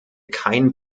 keinen